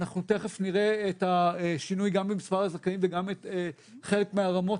אנחנו תיכף נראה את השינוי גם במספר הזכאים וגם חלק מהרמות,